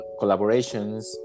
collaborations